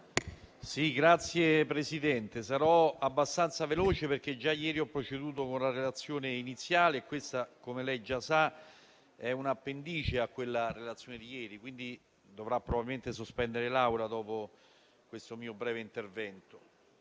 Signor Presidente, sarò abbastanza veloce, perché già ieri ho proceduto con la relazione iniziale e questa - come lei sa - è un'appendice alla relazione di ieri. Quindi, ella dovrà probabilmente sospendere la seduta dopo questo mio breve intervento.